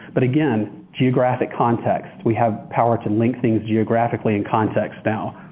but again, geographic context. we have power to link things geographically in context now.